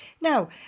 Now